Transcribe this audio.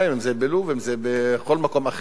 אם בלוב ובכל מקום אחר,